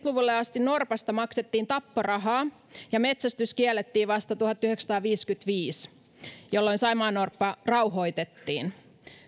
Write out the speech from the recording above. luvulle asti norpasta maksettiin tapporahaa ja metsästys kiellettiin vasta tuhatyhdeksänsataaviisikymmentäviisi jolloin saimaannorppa rauhoitettiin